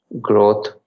growth